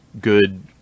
good